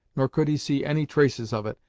nor could he see any traces of it,